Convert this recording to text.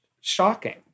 shocking